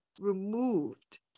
removed